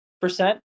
percent